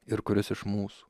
ir kuris iš mūsų